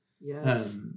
Yes